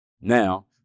now